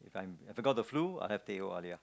time I forgot the flu I got teh O alia